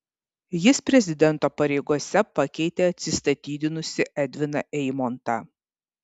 jis prezidento pareigose pakeitė atsistatydinusį edviną eimontą